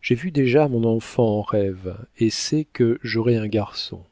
j'ai vu déjà mon enfant en rêve et sais que j'aurai un garçon